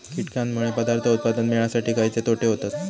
कीटकांनमुळे पदार्थ उत्पादन मिळासाठी खयचे तोटे होतत?